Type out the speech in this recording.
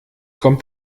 kommt